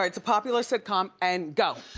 it's a popular sitcom and go.